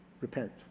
repent